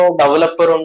developer